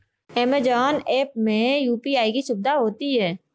Amazon app में UPI की सुविधा होती है